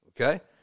Okay